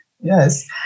Yes